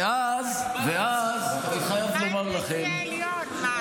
ואז, ואז, אני חייב לומר לכם, מה עם נשיא העליון?